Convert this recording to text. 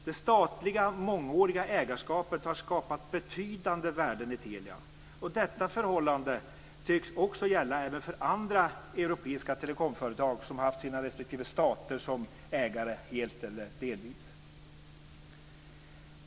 Det statliga mångåriga ägandet har skapat betydande värden i Telia. Detta förhållande tycks också gälla även på andra europeiska telekomföretag som har haft respektive stater som ägare helt eller delvis.